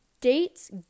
Dates